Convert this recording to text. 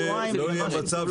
להילחם.